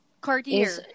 Cartier